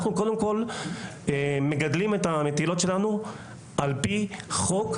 אנחנו מגדלים את התרנגולות שלנו על פי חוק,